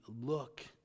look